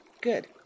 good